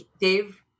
Dave